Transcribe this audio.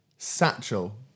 satchel